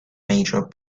major